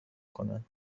کنند